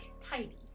tidy